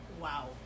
Wow